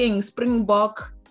springbok